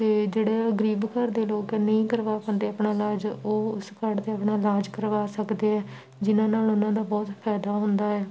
ਅਤੇ ਜਿਹੜਾ ਗਰੀਬ ਘਰ ਦੇ ਲੋਕ ਨਹੀਂ ਕਰਵਾ ਪਾਉਂਦੇ ਆਪਣਾ ਇਲਾਜ ਉਹ ਉਸ ਕਾਰਡ 'ਤੇ ਆਪਣਾ ਇਲਾਜ ਕਰਵਾ ਸਕਦੇ ਹੈ ਜਿਨ੍ਹਾਂ ਨਾਲ ਉਹਨਾਂ ਦਾ ਬਹੁਤ ਫਾਇਦਾ ਹੁੰਦਾ ਹੈ